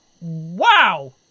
Wow